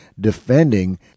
defending